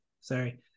sorry